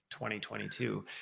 2022